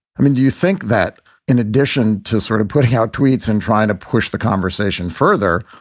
i mean, do you think that in addition to sort of putting out tweets and trying to push the conversation further,